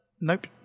Nope